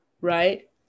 Right